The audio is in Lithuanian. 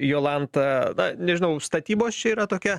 jolanta na nežinau statybos čia yra tokia